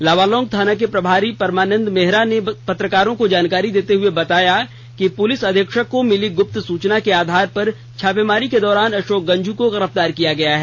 लावालौंग थाना के प्रभारी परमानंद मेहरा ने पत्रकारों को जानकारी देते हुए बताया कि पुलिस अधीक्षक को मिली गुप्त सूचना के आधार पर छापेमारी के दौरान अशोक गंझू को गिरफ़तार किया गया है